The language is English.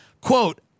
Quote